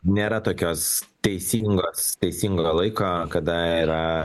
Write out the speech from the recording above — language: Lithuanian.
nėra tokios teisingos teisingo laiko kada yra